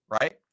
right